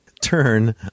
turn